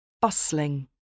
Bustling